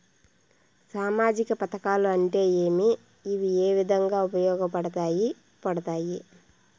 సామాజిక పథకాలు అంటే ఏమి? ఇవి ఏ విధంగా ఉపయోగపడతాయి పడతాయి?